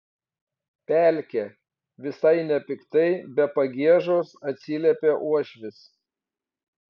pelkė visai nepiktai be pagiežos atsiliepė uošvis